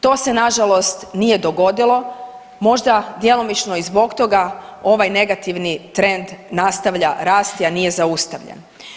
To se nažalost nije dogodilo, možda i djelomično zbog toga ovaj negativni trend nastavlja rasti a nije zaustavljen.